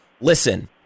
listen